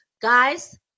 guys